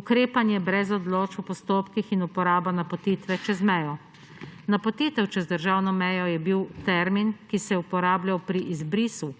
ukrepanje brez odločb v postopkih in uporaba napotitve čez mejo. Napotitev čez državno mejo je bil termin, ki se je uporabljal pri izbrisu,